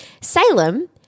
Salem